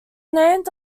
named